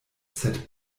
sed